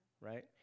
right